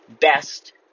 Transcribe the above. best